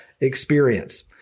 experience